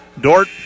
Dort